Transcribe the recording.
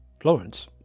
Florence